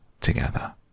together